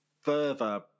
further